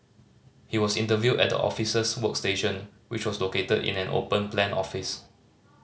he was interviewed at the officers workstation which was located in an open plan office